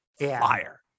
Fire